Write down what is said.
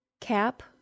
Cap